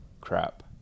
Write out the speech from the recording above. crap